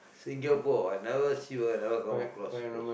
Singapore I never see I never come across for